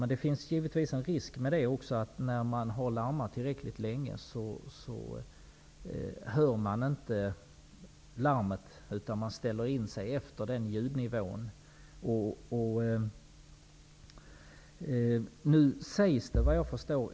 Men det finns givetvis en risk med det. När man har larmat tillräckligt länge hörs inte larmen. Vi ställer in oss efter den ljudnivån.